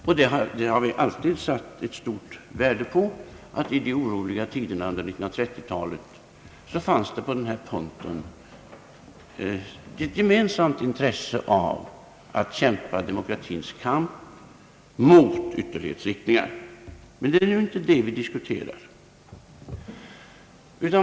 Vi har alltid satt stort värde på att det under de oroliga tiderna under 30-talet på denna punkt fanns ett gemensamt intresse av att kämpa demokratins kamp mot ytterlighetsriktningar. Men det är inte det vi diskuterar.